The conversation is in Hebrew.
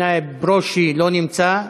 נאאב ברושי, לא נמצא.